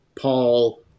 Paul